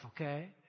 okay